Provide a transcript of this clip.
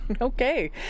Okay